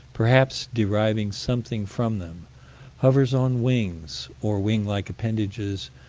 perhaps deriving something from them hovers on wings, or wing-like appendages,